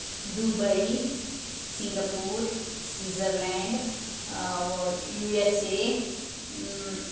Dubai Singapore Switzerland USA